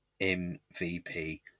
MVP